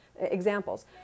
examples